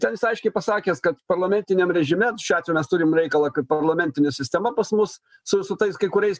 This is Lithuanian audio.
ten jis aiškiai pasakęs kad parlamentiniam režime šiuo atveju mes turim reikalą kaip parlamentinė sistema pas mus su su tais kai kuriais